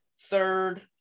third